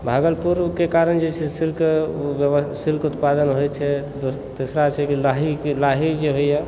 भागलपुरके कारण जे छै से सिल्क सिल्क उत्पादन होइत छै दोसर छै कि लाहीके लाही जे होइए